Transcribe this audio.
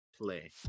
play